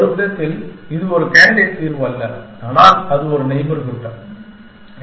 ஒரு விதத்தில் இது ஒரு கேண்டிடேட் தீர்வு அல்ல ஆனால் அது ஒரு நெய்பர்ஹூட்